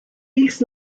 weeks